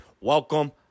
welcome